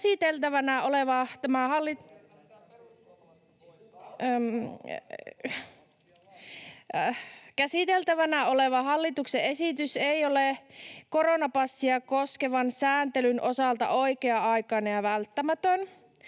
käsiteltävänä oleva hallituksen esitys ei ole koronapassia koskevan sääntelyn osalta oikea-aikainen ja välttämätön.